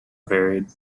varied